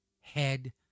Head